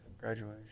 Graduation